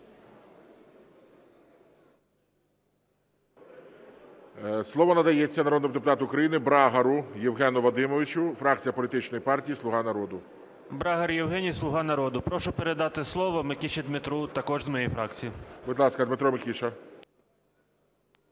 Слово надається народному депутату України Брагару Євгену Вадимовичу, фракція політичної партії "Слуга народу". 10:49:10 БРАГАР Є.В. Брагар Євгеній, "Слуга народу". Прошу передати слово Микиші Дмитру також з моєї фракції. ГОЛОВУЮЧИЙ. Будь ласка, Дмитро Микиша.